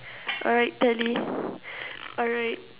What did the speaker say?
alright tally alright